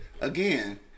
Again